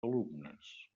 alumnes